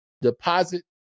deposit